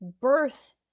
birth